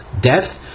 death